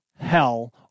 hell